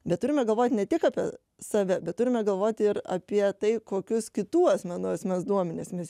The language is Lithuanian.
bet turime galvot ne tik apie save bet turime galvoti ir apie tai kokius kitų asmenų asmens duomenis mes